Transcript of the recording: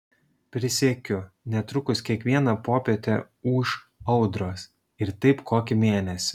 prisiekiu netrukus kiekvieną popietę ūš audros ir taip kokį mėnesį